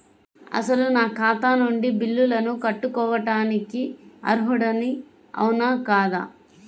అసలు నా ఖాతా నుండి బిల్లులను కట్టుకోవటానికి అర్హుడని అవునా కాదా?